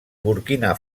burkina